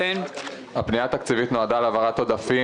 הפנייה התקציבית נועדה להעברת עודפים